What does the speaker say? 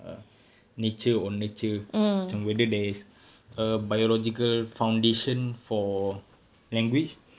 err nature or nurture macam whether there is a biological foundation for language